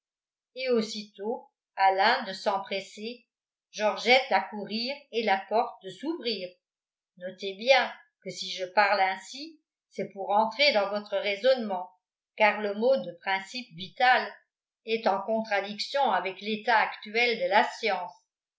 et aussitôt alain de s'empresser georgette d'accourir et la porte de s'ouvrir notez bien que si je parle ainsi c'est pour entrer dans votre raisonnement car le mot de principe vital est en contradiction avec l'état actuel de la science